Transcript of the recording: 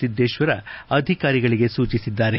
ಸಿದ್ದೇಶ್ವರ ಅಧಿಕಾರಿಗಳಿಗೆ ಸೂಚಿಸಿದ್ದಾರೆ